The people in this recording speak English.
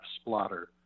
splatter